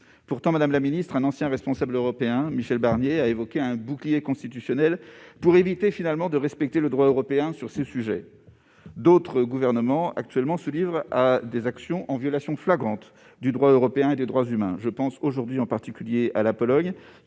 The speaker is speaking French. Pourtant, madame la ministre, un ancien responsable européen, Michel Barnier, a évoqué un « bouclier constitutionnel » pour éviter finalement de respecter le droit européen sur ce sujet. D'autres gouvernements, actuellement, se livrent à des actions en violation flagrante du droit européen et des droits humains. Je pense en particulier à la Pologne,